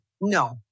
No